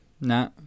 No